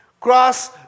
Cross